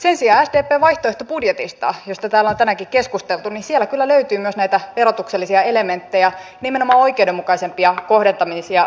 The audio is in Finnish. sen sijaan sdpn vaihtoehtobudjetista josta täällä on tänäänkin keskusteltu kyllä löytyy myös näitä verotuksellisia elementtejä nimenomaan oikeudenmukaisempia kohdentamisia verotuksen sisällä